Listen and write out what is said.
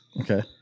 Okay